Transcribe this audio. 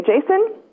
Jason